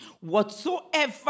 whatsoever